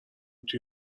توی